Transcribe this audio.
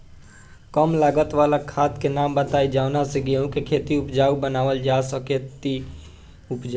कम लागत वाला खाद के नाम बताई जवना से गेहूं के खेती उपजाऊ बनावल जा सके ती उपजा?